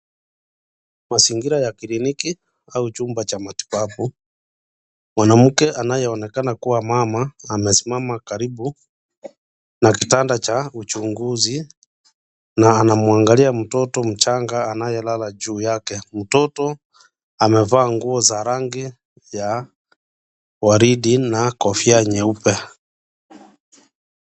Mazingira ya kliniki, au chumba cha matibabu, mwanamke anayeonekana kuwa mama amesimama karibu na kitanda cha uchunguzi na ana muangalia mtoto mchanga anayelala juu yake. Mtoto, amevaa nguo za rangi ya waridi na kofia nyeupe.